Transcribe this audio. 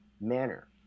manner